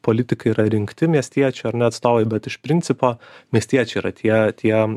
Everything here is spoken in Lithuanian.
politikai yra rinkti miestiečių ar ne atstovai bet iš principo miestiečiai yra tie tie